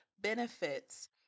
benefits